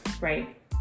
Right